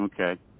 okay